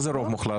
מה זה רוב מוחלט?